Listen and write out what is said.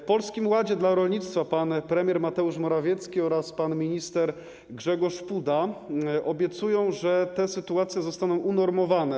W Polskim Ładzie dla rolnictwa pan premier Mateusz Morawiecki oraz pan minister Grzegorz Puda obiecują, że te sytuacje zostaną unormowane.